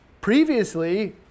Previously